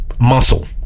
muscle